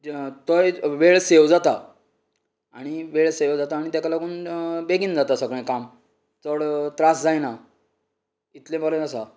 जे तो एक वेळ सेव जाता आनी वेळ सेव जाता आनी ताका लागून बेगीन जाता सगळें काम चड त्रास जायना इतलें बरें आसा